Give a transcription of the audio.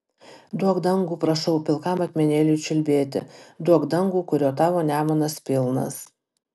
duok dangų prašau pilkam akmenėliui čiulbėti duok dangų kurio tavo nemunas pilnas